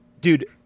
dude